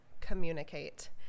communicate